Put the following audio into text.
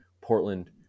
Portland